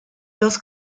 los